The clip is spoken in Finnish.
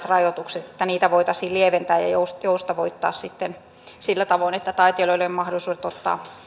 rajoituksia voitaisiin lieventää ja joustavoittaa sitten sillä tavoin että taiteilijoiden mahdollisuudet ottaa